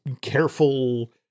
careful